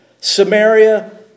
Samaria